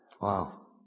Wow